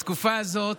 בתקופה הזאת